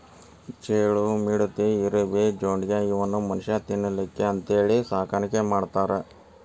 ಚೇಳು, ಮಿಡತಿ, ಇರಬಿ, ಜೊಂಡಿಗ್ಯಾ ಇವನ್ನು ಮನುಷ್ಯಾ ತಿನ್ನಲಿಕ್ಕೆ ಅಂತೇಳಿ ಸಾಕಾಣಿಕೆ ಮಾಡ್ತಾರ